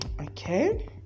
okay